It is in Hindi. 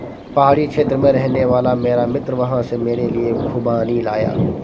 पहाड़ी क्षेत्र में रहने वाला मेरा मित्र वहां से मेरे लिए खूबानी लाया